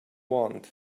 want